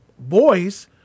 boys